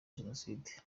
jenoside